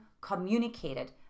communicated